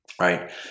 right